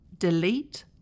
Delete